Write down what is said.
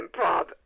improv